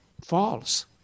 false